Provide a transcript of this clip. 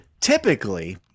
typically